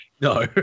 No